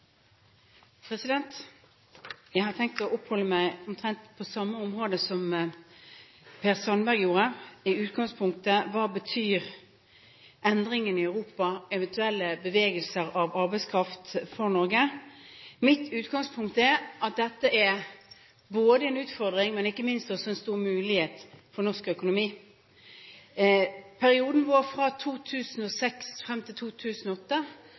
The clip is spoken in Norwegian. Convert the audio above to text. hovedspørsmål. Jeg har tenkt å oppholde meg omtrent på samme område som Per Sandberg. I utgangspunktet: Hva betyr endringene i Europa, eventuelle bevegelser av arbeidskraft, for Norge? Mitt utgangspunkt er at dette er både en utfordring og ikke minst en stor mulighet for norsk økonomi. Perioden fra 2006 og frem til 2008